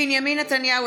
(קוראת בשמות חברי הכנסת) בנימין נתניהו,